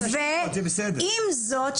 עם זאת,